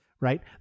Right